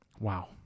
Wow